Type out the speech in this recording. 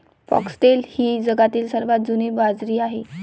foxtail ही जगातील सर्वात जुनी बाजरी आहे